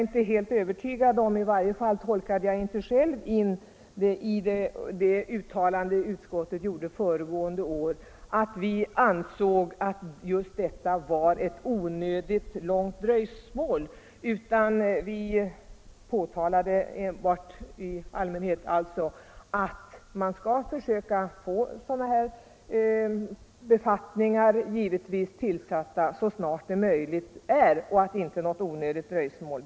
Nu tolkade jag inte själv in i det uttalande som utskottet gjorde förra året att vi ansåg att det var fråga om ett onödigt dröjsmål, utan vi påtalade rent allmänt att sådana här befattningar givetvis skall besättas så snart som möjligt utan något onödigt dröjsmål.